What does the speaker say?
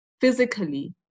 physically